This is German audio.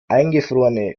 eingefrorene